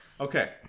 Okay